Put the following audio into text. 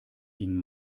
ging